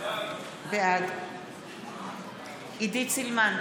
בעד עידית סילמן,